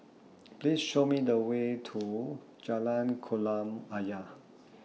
Please Show Me The Way to Jalan Kolam Ayer